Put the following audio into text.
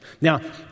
Now